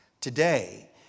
Today